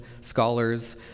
scholars